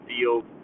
field